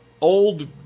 old